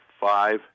five